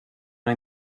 una